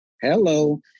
Hello